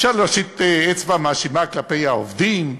אפשר להושיט אצבע מאשימה כלפי העובדים,